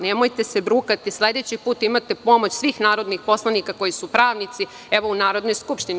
Nemojte se brukati, sledeći put imate pomoć svih narodnih poslanika koji su pravnici, evo u Narodnoj skupštini.